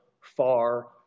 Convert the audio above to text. far